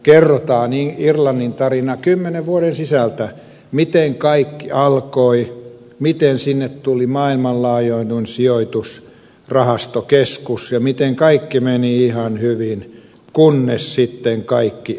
kerrotaan irlannin tarina kymmenen vuoden sisältä miten kaikki alkoi miten sinne tuli maailmanlaajuinen sijoitusrahastokeskus ja miten kaikki meni ihan hyvin kunnes sitten kaikki romahti